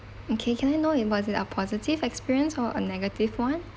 okay can I know it was it a positive experience or a negative [one]